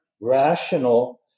rational